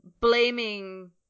blaming